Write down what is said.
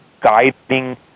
guiding